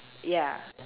ya